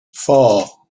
four